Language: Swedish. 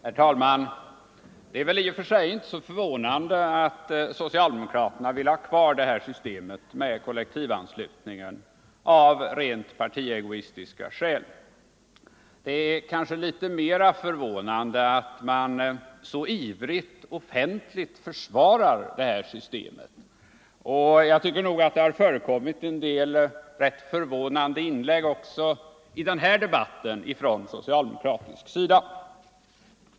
Herr talman! Det är i och för sig inte så förvånande att socialdemokraterna vill ha kvar systemet med kollektivanslutningen av rent partiegoistiska skäl. Det är kanske mer förvånande att man så ivrigt offentligt försvarar systemet. Jag tycker nog det förekommit en del rätt förvånande inlägg också i den här debatten från socialdemokratisk sida.